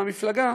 מהמפלגה,